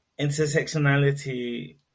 intersectionality